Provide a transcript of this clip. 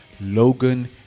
Logan